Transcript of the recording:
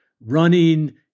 running